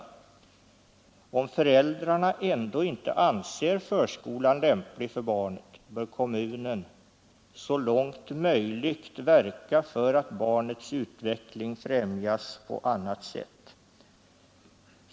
Om föräldrarna ändå inte anser förskolan lämplig för barnet bör kommunen så långt möjligt verka för att barnets utveckling främjas på annat sätt.